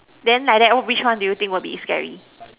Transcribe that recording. then like that which one you think would be scary